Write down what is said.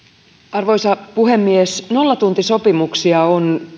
arvoisa puhemies nollatuntisopimuksia on